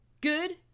Good